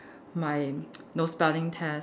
my know spelling test